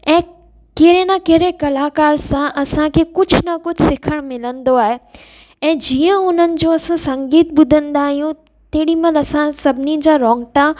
ऐं कहिड़े न कहिड़े कलाकार सां असांखे कुझु न कुझु सिखण मिलंदो आहे ऐं जीअं उन्हनि जो असां संगीत ॿुधंदा आहियूं तेॾीमहिल असां सभिनी जा रौंगिटा